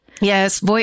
Yes